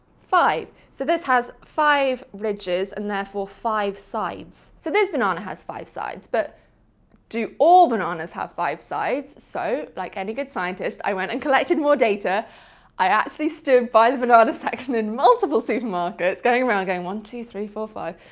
five, so this has five ridges and therefore five sides so this banana has five sides but do all bananas have five sides? so like any good scientist i went and collected more data i actually stood by the banana section in multiple supermarkets going around going one two three four five,